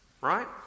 Right